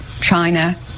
China